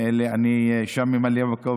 אני שם ממלא מקום,